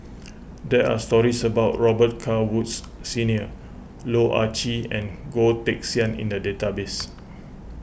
there are stories about Robet Carr Woods Senior Loh Ah Chee and Goh Teck Sian in the database